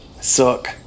Suck